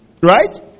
right